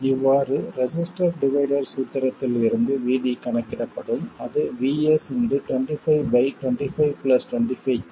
இவ்வாறு resistor divider சூத்திரத்தில் இருந்து VD கணக்கிடப்படும் அது Vs 252525k